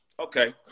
Okay